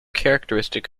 characteristic